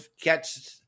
catch